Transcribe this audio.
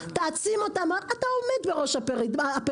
תעצים אותם הרי אתה עומד בראש הפירמידה.